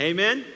Amen